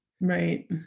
Right